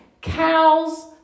cows